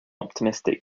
optimistic